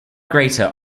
greater